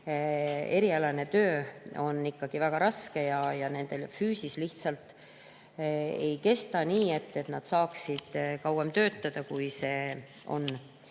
erialane töö on ikkagi väga raske ja nende füüsis lihtsalt ei kesta nii, et nad saaksid kauem töötada, kui see on